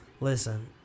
Listen